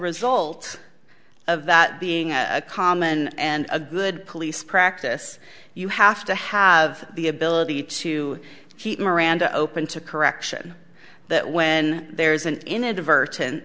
result of that being a common and a good police practice you have to have the ability to keep miranda open to correction that when there is an inadvertent